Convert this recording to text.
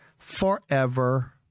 Forever